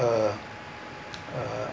a uh